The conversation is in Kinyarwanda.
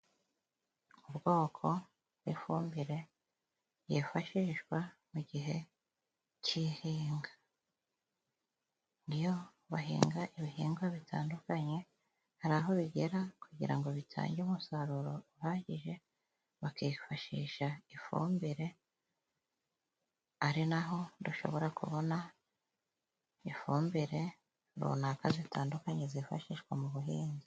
Ubwoko bw' ifumbire yifashishwa mu gihe cy' ihinga, iyo bahinga ibihingwa bitandukanye hari aho bigera kugira ngo bitange umusaruro uhagije bakifashisha ifumbire ari n'aho dushobora kubona ifumbire runaka zitandukanye zifashishwa mu buhinzi.